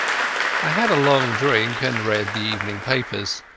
i had a long drink, and read the evening papers.